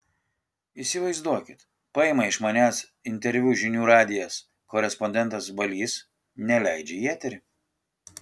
įsivaizduokit paima iš manęs interviu žinių radijas korespondentas balys neleidžia į eterį